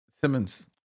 simmons